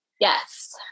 Yes